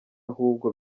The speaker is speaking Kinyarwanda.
ahubwo